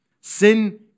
Sin